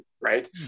Right